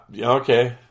okay